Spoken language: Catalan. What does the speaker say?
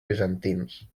bizantins